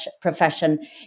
profession